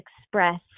express